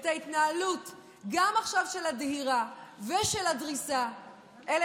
של הדהירה ושל הדריסה גם עכשיו.